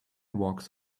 walks